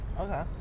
Okay